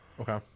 Okay